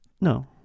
No